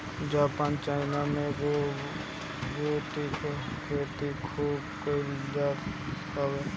Japan China में robotic खेती खूब कईल जात हवे